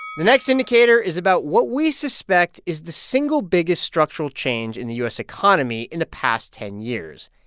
the next indicator is about what we suspect is the single biggest structural change in the u s. economy in the past ten years.